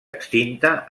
extinta